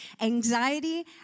anxiety